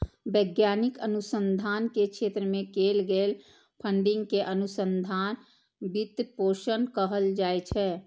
वैज्ञानिक अनुसंधान के क्षेत्र मे कैल गेल फंडिंग कें अनुसंधान वित्त पोषण कहल जाइ छै